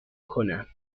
کنم